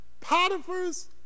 Potiphar's